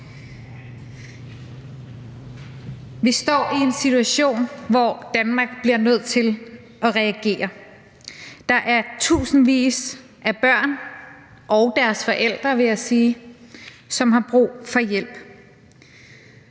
Vi står i en situation, hvor Danmark bliver nødt til at reagere. Der er tusindvis af børn og deres forældre, vil jeg sige, som har brug for hjælp.